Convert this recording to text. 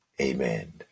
Amen